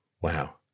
Wow